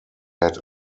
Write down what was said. had